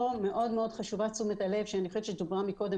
כאן מאוד חשובה תשומת הלב - ואני חושבת שדובר קודם